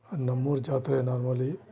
ನಮ್ಮೂರ ಜಾತ್ರೆ ನಾರ್ಮಲಿ